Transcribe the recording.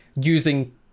using